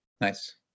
Nice